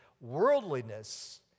Worldliness